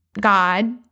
God